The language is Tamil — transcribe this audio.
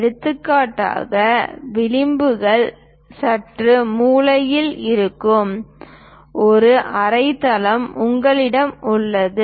எடுத்துக்காட்டாக விளிம்புகள் சற்று மூலையில் இருக்கும் ஒரு அறை தளம் உங்களிடம் உள்ளது